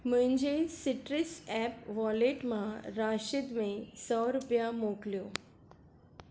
मुंहिंजे Citrus app wallet मां राशिद में सौ रुपिया मोकिलियो